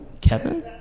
Kevin